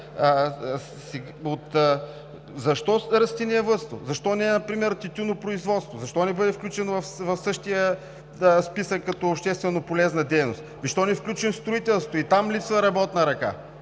Защо растениевъдство? Защо не например тютюнопроизводство? Защо не бъде включено в същия списък като общественополезна дейност? Ами защо не включим строителството, и там липсва работна ръка?